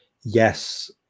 yes